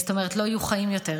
לא יהיו חיים יותר,